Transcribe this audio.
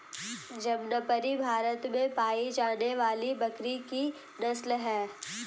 जमनापरी भारत में पाई जाने वाली बकरी की नस्ल है